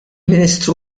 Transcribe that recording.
ministru